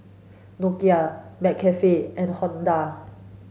Nokia McCafe and Honda